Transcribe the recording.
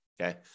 Okay